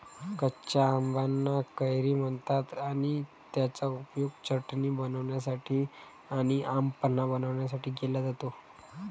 कच्या आंबाना कैरी म्हणतात आणि त्याचा उपयोग चटणी बनवण्यासाठी आणी आम पन्हा बनवण्यासाठी केला जातो